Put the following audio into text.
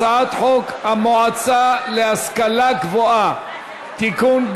הצעת חוק המועצה להשכלה גבוהה (תיקון,